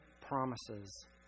promises